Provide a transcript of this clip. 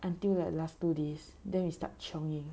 until like last two days then restart chionging